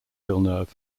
villeneuve